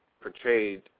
portrayed